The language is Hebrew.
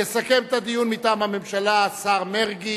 יסכם את הדיון מטעם הממשלה השר מרגי.